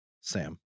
Sam